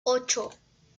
ocho